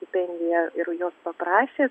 stipendiją ir jos paprašė